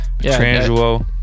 Petrangelo